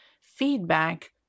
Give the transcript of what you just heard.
feedback